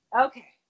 okay